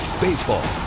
Baseball